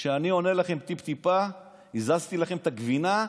כשאני עונה לכם טיפ-טיפה, הזזתי לכם את הגבינה.